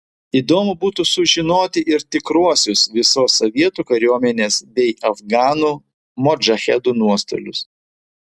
įdomu būtų sužinoti ir tikruosius visos sovietų kariuomenės bei afganų modžahedų nuostolius